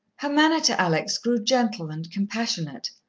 her manner to alex grew gentle and compassionate,